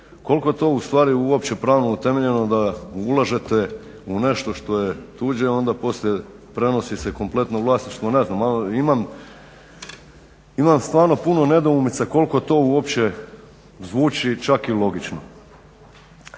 koliko to ustvari uopće pravno utemeljeno da ulažete u nešto što je tuđe i onda poslije prenosi se kompletno vlasništvo. Ne znam, imam stvarno puno nedoumica koliko to uopće zvuči čak i logično.